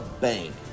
bank